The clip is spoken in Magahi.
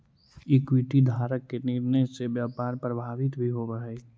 इक्विटी धारक के निर्णय से व्यापार प्रभावित भी होवऽ हइ